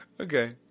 Okay